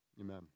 amen